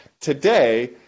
today